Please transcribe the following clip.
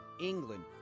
England